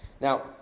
Now